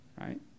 Right